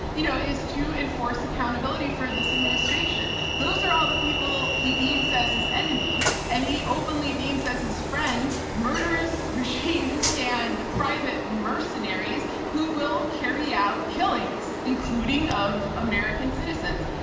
you know, is to enforce accountability for this administration. those are all the people he deems as his enemies and he openly deems as his friend, murderous regimes and private mercenaries who will carry out killings, including of american citizens.